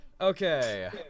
Okay